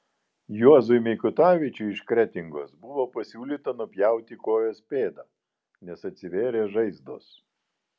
juozui mikutavičiui iš kretingos buvo pasiūlyta nupjauti kojos pėdą nes atsivėrė žaizdos